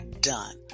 Done